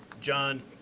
John